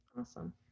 Awesome